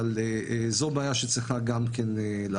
אבל זאת בעיה שצריכה גם כן לעבוד.